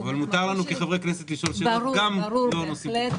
אבל מותר לנו כחברי כנסת לשאול שאלות גם לא בנושאים תקציביים.